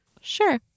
Sure